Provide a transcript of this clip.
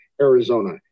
Arizona